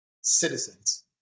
citizens